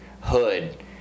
hood